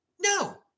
No